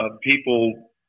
people